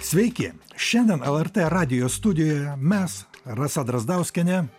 sveiki šiandien lrt radijo studijoje mes rasa drazdauskienė